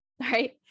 Right